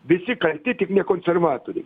visi kalti tik ne konservatoriai